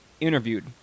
interviewed